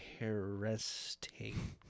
interesting